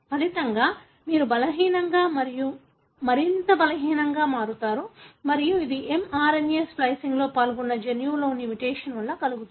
ఫలితంగా మీరు బలహీనంగా మరియు మరింత బలహీనంగా మారతారు మరియు ఇది mRNA స్ప్లికింగ్లో పాల్గొన్న జన్యువులో ని మ్యుటేషన్ వల్ల కలుగుతుంది